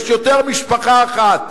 יש יותר משפחה אחת